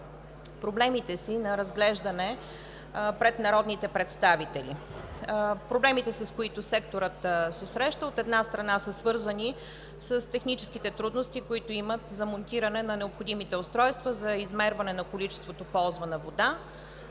проблемите си на разглеждане пред народните представители. Проблемите, с които секторът се среща, от една страна, са свързани с техническите трудности, които има при монтиране на необходимите устройства за измерване на количеството ползвана вода.